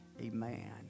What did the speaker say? Amen